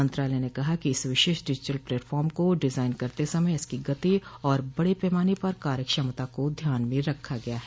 मंत्रालय ने कहा कि इस विशेष डिजिटल प्लेटफॉर्म को डिजाइन करते समय इसकी गति और बड पैमाने पर कार्यक्षमता को ध्यान में रखा गया है